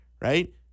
right